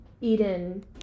Eden